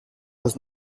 were